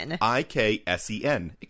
I-K-S-E-N